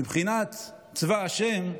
מבחינת צבא השם,